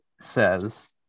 says